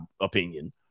opinion